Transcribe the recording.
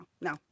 No